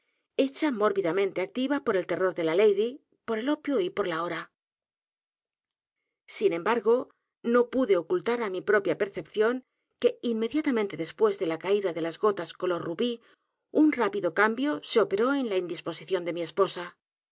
hecha mórbidamente activa por el terror de la lady por el opio y por la hora sin e m b a r g o no p u d e ocultar á mi propia percepción que inmediatamente después de la caída de las gotas color rubí un rápido cambio se operó en la indisposición de mi e